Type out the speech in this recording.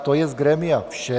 To je z grémia vše.